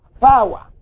power